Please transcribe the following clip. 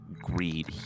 greed